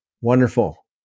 Wonderful